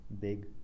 big